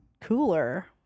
cooler